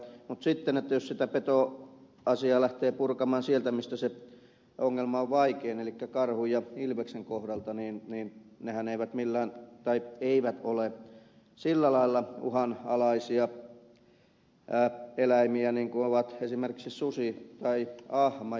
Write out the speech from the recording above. mutta sitten jos sitä petoasiaa lähtee purkamaan sieltä missä se ongelma on vaikein elikkä karhun ja ilveksen kohdalta niin nehän eivät ole sillä lailla uhanalaisia eläimiä niin kuin ovat esimerkiksi susi tai ahma